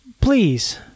please